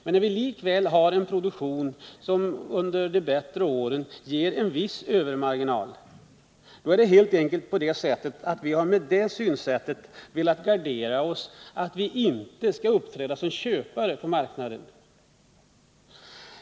Men när vi likväl har en produktion som under de bättre åren ger en viss övermarginal, har vi med det synsättet helt enkelt velat gardera oss mot risken för att behöva uppträda som köpare på marknaden.